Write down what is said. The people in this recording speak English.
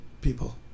people